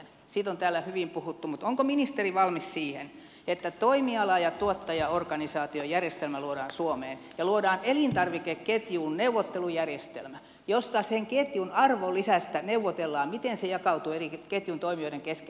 siitä on täällä hyvin puhuttu mutta onko ministeri valmis siihen että toimiala ja tuottajaorganisaatiojärjestelmä luodaan suomeen ja luodaan elintarvikeketjuun neuvottelujärjestelmä jossa ketjun arvolisästä neuvotellaan miten se jakautuu eri ketjun toimijoiden kesken